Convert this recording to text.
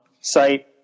site